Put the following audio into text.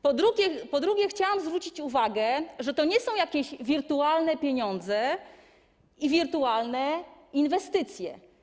Po drugie, chciałam zwrócić uwagę, że to nie są jakieś wirtualne pieniądze i wirtualne inwestycje.